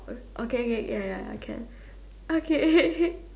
okay okay ya ya I can okay